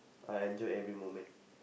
I enjoy every moment